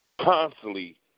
constantly